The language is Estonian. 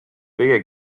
kõige